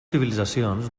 civilitzacions